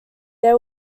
they